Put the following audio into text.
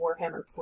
Warhammer